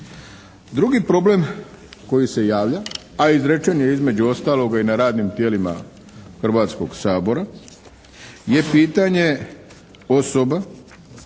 Drugi problem koji se javlja, a izrečen je između ostaloga i na radnim tijelima Hrvatskoga sabora je pitanje osoba